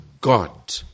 God